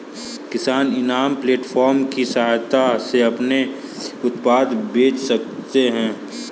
किसान इनाम प्लेटफार्म की सहायता से अपना उत्पाद बेच सकते है